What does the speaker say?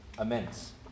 immense